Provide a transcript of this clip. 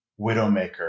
widowmaker